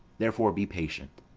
therefore be patient,